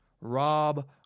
Rob